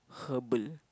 herbal